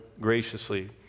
graciously